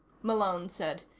malone said.